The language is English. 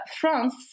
France